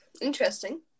interesting